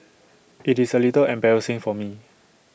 IT is A little embarrassing for me